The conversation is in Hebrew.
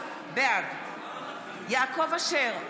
בעד יעקב אשר,